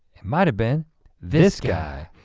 it might have been this guy.